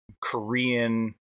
Korean